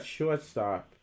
shortstop